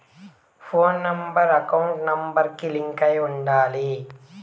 పోను number account number కి link అయ్యి ఉండాలి